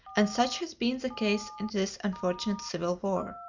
and such has been the case in this unfortunate civil war.